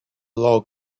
log